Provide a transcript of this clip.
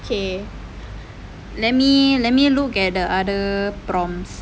okay let me let me look at the other prompts